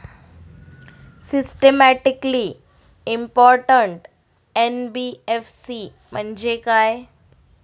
Systematically important NBFC म्हणजे काय?